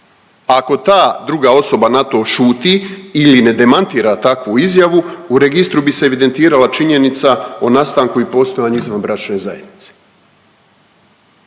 Ako ta druga osoba na to šuti ili ne demantira takvu izjavu u registru bi se evidentirala činjenica o nastanku i postojanju izvanbračne zajednice.